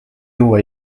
juua